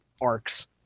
arcs